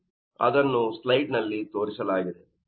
ಅದನ್ನು ಸ್ಲೈಡ್ ನಲ್ಲಿ ತೋರಿಸಲಾಗಿದೆ